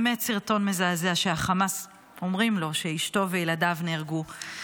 באמת סרטון מזעזע שהחמאס אומרים לו שאשתו וילדיו נהרגו,